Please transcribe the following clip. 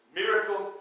miracle